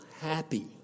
happy